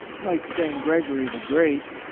like st. gregory the great,